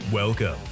Welcome